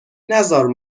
نزار